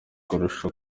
kurusha